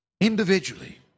Individually